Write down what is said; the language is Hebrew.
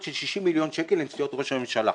של 60 מיליון שקל לנסיעות ראש הממשלה.